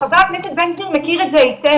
חבר הכנסת בן גביר מכיר את זה היטב.